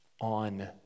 on